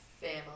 family